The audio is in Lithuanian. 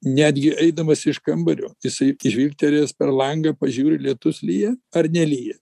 netgi eidamas iš kambario jisai žvilgtelėjęs per langą pažiūri lietus lyja ar nelyja